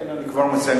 כן, אני כבר מסיים.